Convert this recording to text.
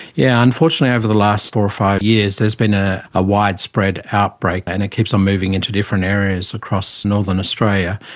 yeah unfortunately over the last four or five years there's been a ah widespread outbreak and it keeps on moving into different areas across northern australia.